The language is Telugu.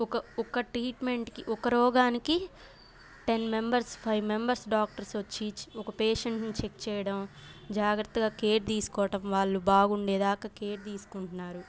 ఒక ఒక్క ట్రీట్మెంట్కి ఒక రోగానికి ten members five members doctors వచ్చి ఒక పేషెంట్ని చెక్ చెయ్యడం జాగ్రత్తగా కేర్ తీసుకోవడం వాళ్ళు బాగుండేదాక కేర్ తీసుకుంటున్నారు